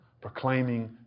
proclaiming